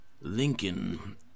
Lincoln